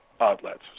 outlets